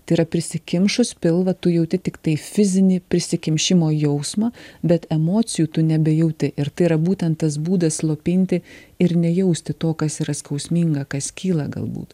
tai yra prisikimšus pilvą tu jauti tiktai fizinį prisikimšimo jausmą bet emocijų tu nebejauti ir tai yra būtent tas būdas slopinti ir nejausti to kas yra skausminga kas kyla galbūt